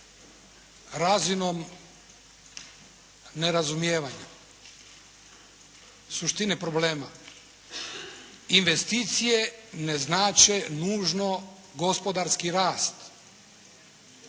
razinom nerazumijevanja suštine problema. Investicije ne znače nužno gospodarski rast.